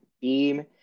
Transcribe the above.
Beam